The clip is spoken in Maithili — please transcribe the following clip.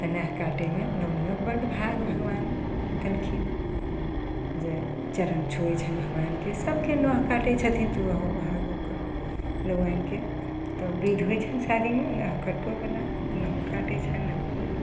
तऽ नह काटयमे नौआनियोके बड्ड भाग भगवान देलखिन जे चरण छुए छन्हि भगवानके सबके नह काटय छथिन तऽ उहो भाग ओकर नौआनिके तऽ बिध होइ छन्हि शादीमे नह कटबयवला नहो काटय छन्हि नाखुन